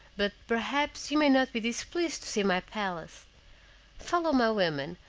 but perhaps you may not be displeased to see my palace follow my women,